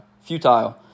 futile